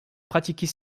pratiquait